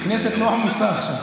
שהמציעים, הכנסת לא עמוסה עכשיו.